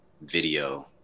video